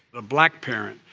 a black parent,